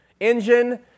Engine